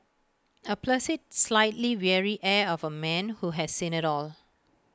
A placid slightly weary air of A man who has seen IT all